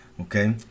Okay